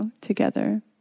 together